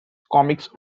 comics